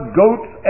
goats